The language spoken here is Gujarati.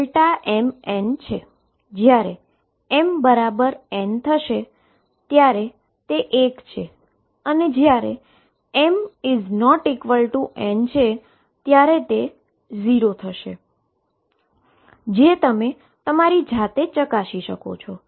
અને જ્યારે m ≠ n છે ત્યારે તે 0 થશે જે તમે તમારી જાતે ચકાસી શકો છો